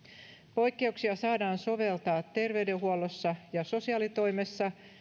poikkeuksia saadaan soveltaa terveydenhuollossa ja sosiaalitoimessa